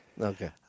Okay